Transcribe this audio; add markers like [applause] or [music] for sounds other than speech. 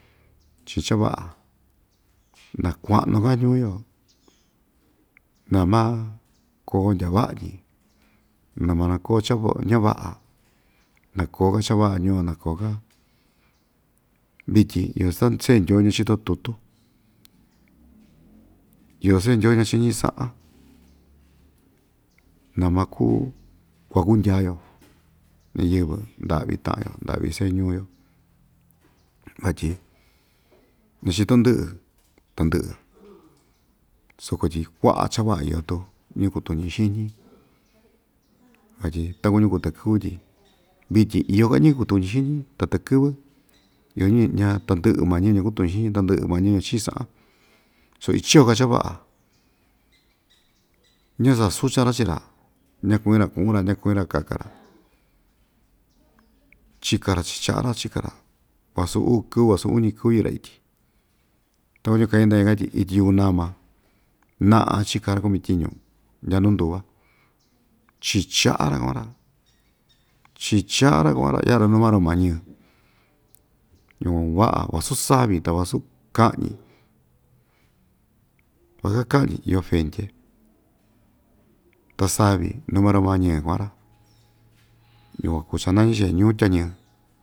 Chii cha va'a nakua'nu‑ka ñuu‑yo na ma‑koo ndyañava'a‑ñi na ma nakoo cha va ñava'a na koo‑ka cha va'a ñuu‑yo na koo‑ka vityin iyo [unintelligible] se'e ndyoo ñachito tutu iyo se'e ndyoo ñachiñi sa'an na makuu kuakundya‑yo ñiyɨvɨ nda'vi ta'an‑yo nda'vi se'e ñuu‑yo vatyi ñachito ndɨ'ɨ tandɨ'ɨ soko tyi kua'a cha va'a tu ñɨvɨ kutuñi xiñi vatyi ta kuñu kuu takɨ́vɨ tyi vityin iyo‑ka ñɨvɨ kutuñi xiñi ta takɨ́vɨ iyo ñɨvɨ ña tandɨ'ɨ ma ñɨvɨ ñakutuñi xiñi tandɨ'ɨ maa ñɨvɨ chiñi sa'an so ichío‑ka cha va'a ñasasuchan‑ra chii‑ra ñakuñi‑ra ku'un‑ra ñakuñi‑ra kaka‑ra chika‑ra chii cha'a‑ra chika‑ra vasu uu kɨvɨ vasu uñi kɨvɨ yɨ'ɨ‑ra ityi ta kuñu ka'in ndenka tyi ityi yukunama na'a chika ra‑kumi tyiñu ndya nunduva chii cha'a‑ra kua'an‑ra chii cha'a‑ra kua'an‑ra ya'a‑ra nu maroma ñɨɨ ñuu va'a vasu savi ta vasu ka'ñi vasa ka'ñi iyo fendye ta savi nu maroma ñɨɨ kua'an‑ra yukuan kuu chanañi‑chi ñuu tyañɨɨ.